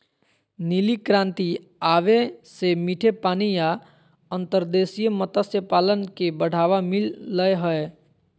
नीली क्रांति आवे से मीठे पानी या अंतर्देशीय मत्स्य पालन के बढ़ावा मिल लय हय